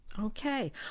okay